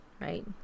right